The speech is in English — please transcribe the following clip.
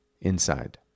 inside